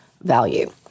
value